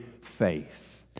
faith